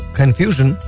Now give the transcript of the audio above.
confusion